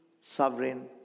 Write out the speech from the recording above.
sovereign